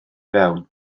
fewn